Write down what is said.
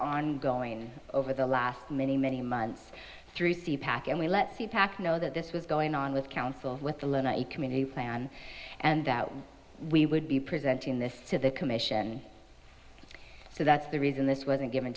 ongoing over the last many many months through c pac and we let sea tac know that this was going on with council with the luna a community plan and that we would be presenting this to the commission so that's the reason this wasn't given